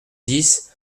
dix